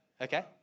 Okay